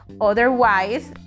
otherwise